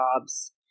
jobs